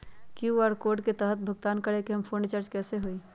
QR code के तहद भुगतान करके हम फोन रिचार्ज कैसे होई?